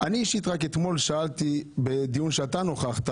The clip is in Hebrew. אני אישית רק אתמול שאלתי בדיון שאתה נוכחת